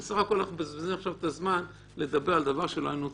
בסך הכול אנחנו מבזבזים עכשיו את הזמן ומדברים על דבר שלא היינו צריכים.